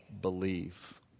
believe